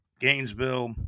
Gainesville